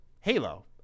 halo